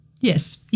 Yes